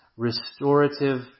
Restorative